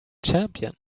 champion